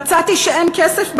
"מצאתי שאין כסף בקופה,